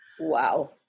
Wow